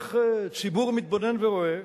איך ציבור מתבונן ורואה